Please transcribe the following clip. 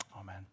Amen